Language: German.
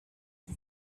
sie